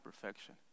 perfection